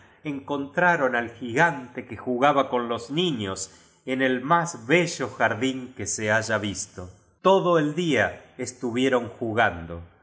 encontraron al gigan te que jugaba con los niños en el más bello jardín que se haya visto todo el día estuvieron jugando